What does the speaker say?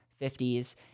50s